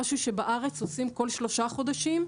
משהו שבארץ עושים כל שלושה חודשים,